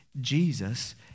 Jesus